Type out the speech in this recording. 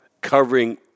covering